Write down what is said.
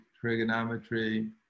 trigonometry